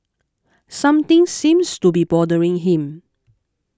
something seems to be bothering him